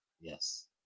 yes